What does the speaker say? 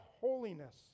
holiness